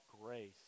grace